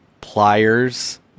pliers